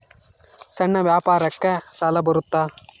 ಸಣ್ಣ ವ್ಯಾಪಾರಕ್ಕ ಸಾಲ ಬರುತ್ತಾ?